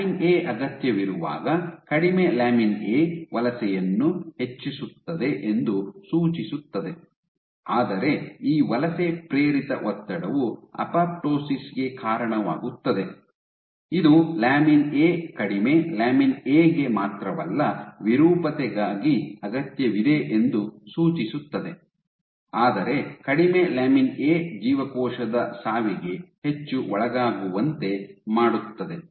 lamin A ಅಗತ್ಯವಿರುವಾಗ ಕಡಿಮೆ lamin A ವಲಸೆಯನ್ನು ಹೆಚ್ಚಿಸುತ್ತದೆ ಎಂದು ಸೂಚಿಸುತ್ತದೆ ಆದರೆ ಈ ವಲಸೆ ಪ್ರೇರಿತ ಒತ್ತಡವು ಅಪೊಪ್ಟೋಸಿಸ್ ಗೆ ಕಾರಣವಾಗುತ್ತದೆ ಇದು ಲ್ಯಾಮಿನ್ ಎ ಕಡಿಮೆ ಲ್ಯಾಮಿನ್ ಎ ಗೆ ಮಾತ್ರವಲ್ಲ ವಿರೂಪತೆಗಾಗಿ ಅಗತ್ಯವಿದೆ ಎಂದು ಸೂಚಿಸುತ್ತದೆ ಆದರೆ ಕಡಿಮೆ ಲ್ಯಾಮಿನ್ ಎ ಜೀವಕೋಶದ ಸಾವಿಗೆ ಹೆಚ್ಚು ಒಳಗಾಗುವಂತೆ ಮಾಡುತ್ತದೆ